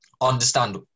understand